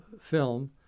film